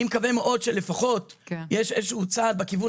אני מקווה מאוד שלפחות יש איזשהו צעד בכיוון